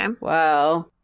Wow